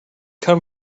come